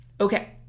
Okay